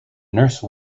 nurse